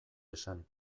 esan